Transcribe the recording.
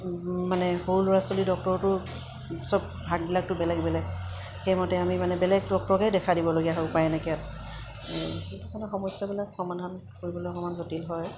মানে সৰু ল'ৰা ছোৱালীৰ ডক্টৰতো চব ভাগবিলাকতো বেলেগ বেলেগ সেইমতে আমি মানে বেলেগ ডক্তৰকেই দেখাই দিবলগীয়া হ'ব হয় উপায় নাইকিয়াত সেইটো কাৰণে সমস্যাবিলাক সমাধান কৰিবলৈ অকণমান জটিল হয়